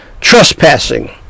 Trespassing